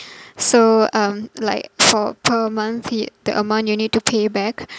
so um like for per month fee the amount you need to pay back